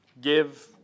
Give